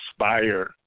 inspire